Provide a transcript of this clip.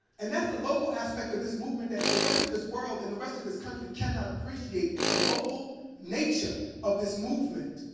and that's a local aspect of this movement that the rest of this world and the rest of this country cannot appreciate the local nature of this movement,